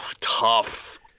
tough